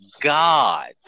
god